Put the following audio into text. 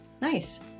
Nice